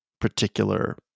particular